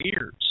ears